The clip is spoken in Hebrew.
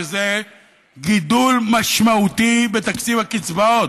שזה גידול משמעותי בתקציב הקצבאות.